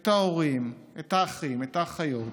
את ההורים, את האחים, את האחיות